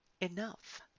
Enough